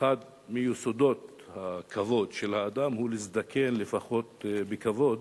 שאחד מיסודות הכבוד של האדם הוא להזדקן לפחות בכבוד,